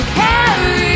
carry